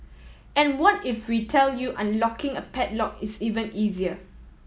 and what if we tell you unlocking a padlock is even easier